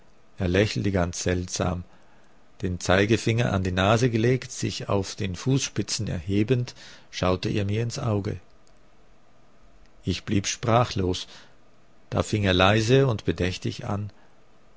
er lächelte ganz seltsam den zeigefinger an die nase gelegt sich auf den fußspitzen erhebend schaute er mir ins auge ich blieb sprachlos da fing er leise und bedächtig an